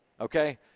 okay